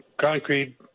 concrete